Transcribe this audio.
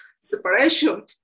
separation